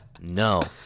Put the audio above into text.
No